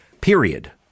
period